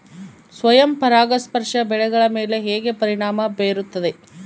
ಸ್ವಯಂ ಪರಾಗಸ್ಪರ್ಶ ಬೆಳೆಗಳ ಮೇಲೆ ಹೇಗೆ ಪರಿಣಾಮ ಬೇರುತ್ತದೆ?